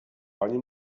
pani